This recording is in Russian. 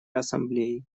ассамблеи